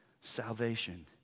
salvation